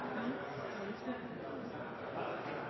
dessuten